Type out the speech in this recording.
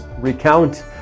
recount